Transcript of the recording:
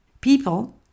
People